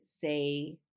say